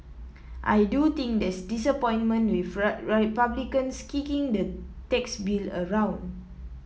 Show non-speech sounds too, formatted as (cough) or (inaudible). I do think there's disappointment with (unintelligible) Republicans kicking the tax bill around